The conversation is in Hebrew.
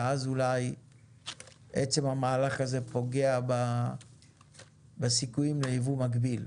ואז אולי עצם המהלך הזה פוגע בסיכויים לייבוא מקביל.